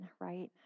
right